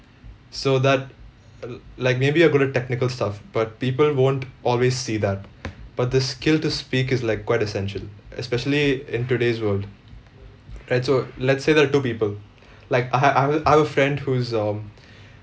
so that l~ like maybe you're good at technical stuff but people won't always see that but the skill to speak is like quite essential especially in today's world right so let's say there're two people like I ha~ I have a I have a friend whose um